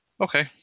Okay